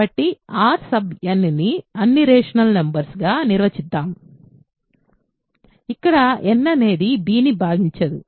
కాబట్టి R n ని అన్ని రేషనల్ నంబర్స్ గా నిర్వచిద్దాం ఇక్కడ n అనేది bని భాగించదు